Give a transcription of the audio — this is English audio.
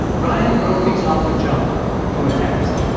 ryan broke things off with john through a text.